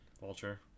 Vulture